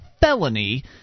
felony